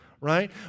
Right